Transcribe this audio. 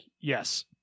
yes